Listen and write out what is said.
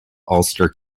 ulster